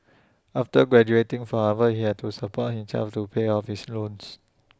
after graduating from Harvard he had to support himself to pay off his loans